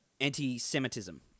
Anti-Semitism